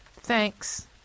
Thanks